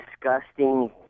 disgusting